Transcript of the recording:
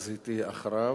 ולכן היא תהיה אחריו.